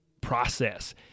process